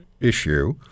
issue